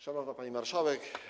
Szanowna Pani Marszałek!